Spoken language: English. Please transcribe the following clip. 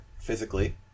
physically